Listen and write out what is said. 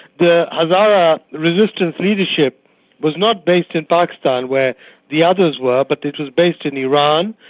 the hazara resistance leadership was not based in pakistan where the others were, but it was based in iran,